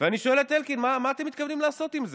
ואני שואל את אלקין, מה אתם מתכוונים לעשות עם זה?